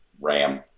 Ram